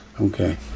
Okay